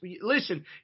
listen